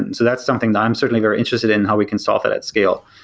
and so that's something i'm certainly very interested and how we can solve it at scale.